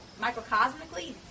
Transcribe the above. microcosmically